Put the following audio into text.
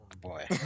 Boy